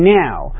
now